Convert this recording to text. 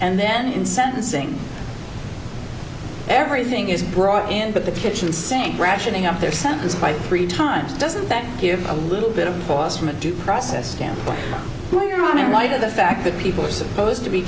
and then in sentencing everything is brought in but the kitchen sink ratcheting up their sentence by three times doesn't that give a little bit of pause from a due process can go on in light of the fact that people are supposed to be